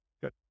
Good